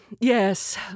Yes